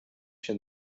się